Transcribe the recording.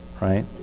right